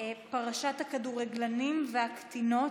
פרשת הכדורגלנים והקטינות,